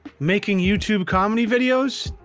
making youtube comedy videos?